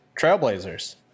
Trailblazers